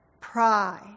pride